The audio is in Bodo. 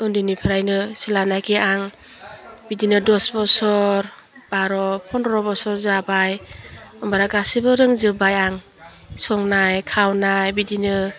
उन्दैनिफ्राइनो सोलानाय गैया आं बिदिनो दस' बस'र बार' पन्द्र बोसोर जाबाय होनबाना गासिबो रोंजोबबाय आं संनाय खावनाय बिदिनो